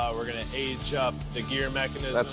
um we're going to age up the gear mechanism.